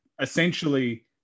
essentially